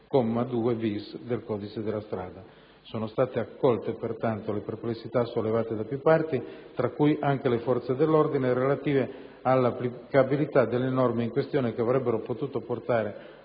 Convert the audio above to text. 2-*bis*, del codice della strada. Sono state accolte, pertanto, le perplessità sollevate da più parti, anche dalle forze dell'ordine, relative all'applicabilità delle norme in questione che avrebbero potuto portare